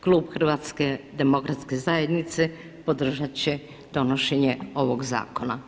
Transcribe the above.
Klub HDZ-a podržati će donošenje ovog zakona.